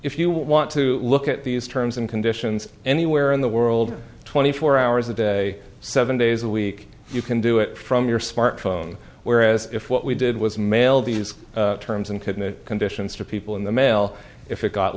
if you want to look at these terms and conditions anywhere in the world twenty four hours a day seven days a week you can do it from your smartphone whereas if what we did was mail these terms and couldn't the conditions for people in the mail if it got